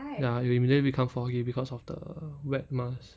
ya it'll immediately become foggy because of the wet mask